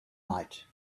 night